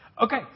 Okay